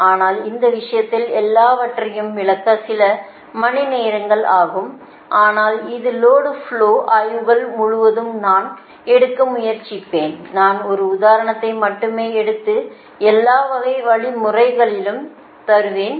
ஆனால் இந்த விஷயத்தில் எல்லாவற்றையும் விளக்க சில மணிநேரங்கள் ஆகும் ஆனால் இந்த லோடு ஃப்லோ ஆய்வுகள் முழுவதும் நான் எடுக்க முயற்சிப்பேன் நான் ஒரு உதாரணத்தை மட்டுமே எடுத்து எல்லா வகை வழிமுறையிலும் தருவேன்